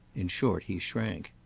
in short he shrank.